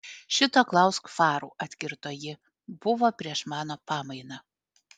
šito klausk farų atkirto ji buvo prieš mano pamainą